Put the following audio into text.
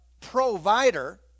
provider